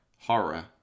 Horror